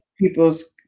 people's